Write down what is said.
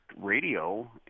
radio